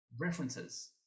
references